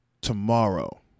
tomorrow